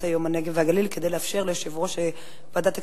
יום הנגב והגליל כדי לאפשר ליושב-ראש ועדת הכנסת,